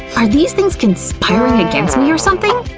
are these things conspiring against me or something?